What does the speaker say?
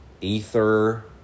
ether